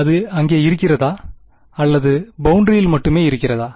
அது அங்கே இருக்கிறதா அல்லது பௌண்டரியில் மட்டுமே இருக்கிறதா